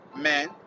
men